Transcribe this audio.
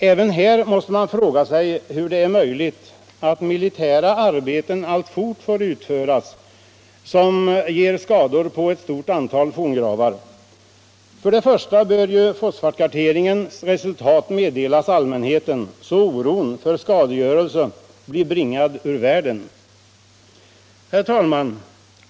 Även här måste man fråga sig hur det är möjligt att militära arbeten alltfort får utföras, som ger skador på ett stort antal forngravar. Först och främst bör ju fosfatkarteringens resultat meddelas allmänheten, så att oron för skadegörelse bringas ur världen. Herr talman!